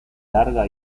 larga